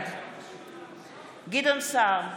בעד גדעון סער,